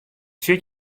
sit